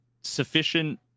sufficient